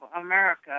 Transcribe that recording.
America